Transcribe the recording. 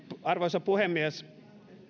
arvoisa puhemies